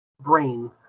brain